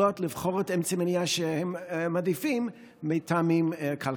לבחור את אמצעי המניעה שהם מעדיפים מטעמים כלכליים?